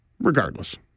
regardless